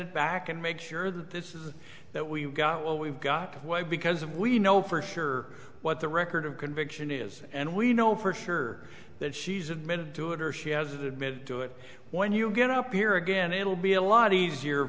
it back and make sure that this is that we've got well we've got why because we know for sure what the record of conviction is and we know for sure that she's admitted to it or she has admitted to it when you get up here again it'll be a lot easier